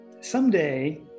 someday